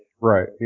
Right